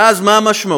ואז מה המשמעות?